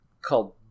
called